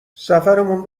سفرمون